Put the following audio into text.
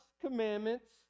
commandments